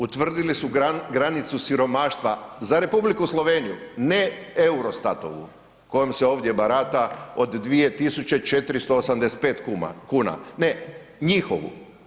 Utvrdili su granicu siromaštva za Republiku Sloveniju ne EUROSTAT-ovu kojom se ovdje barata od 2.485 kuna, ne njihovu.